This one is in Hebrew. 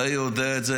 אתה יודע את זה.